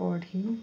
ବଢ଼ି